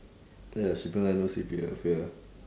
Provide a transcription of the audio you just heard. ya shipping line no C_P_F ya